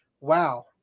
wow